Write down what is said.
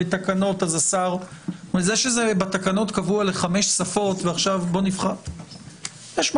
זה שבתקנות זה קבוע לחמש שפות, יש מקום.